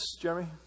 Jeremy